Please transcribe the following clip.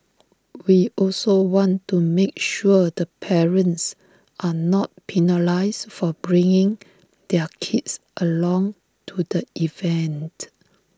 we also want to make sure the parents are not penalised for bringing their kids along to the event